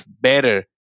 better